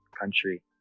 country